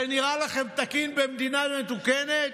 זה נראה לכם תקין במדינה מתוקנת?